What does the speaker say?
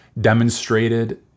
demonstrated